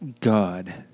God